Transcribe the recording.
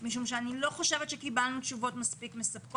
משום שאני לא חושבת שקיבלנו תשובות מספקות.